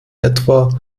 etwa